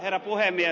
herra puhemies